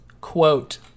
quote